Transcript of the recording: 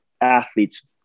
athletes